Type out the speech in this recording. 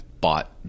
bought